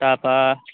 তাৰ পৰা